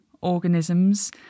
organisms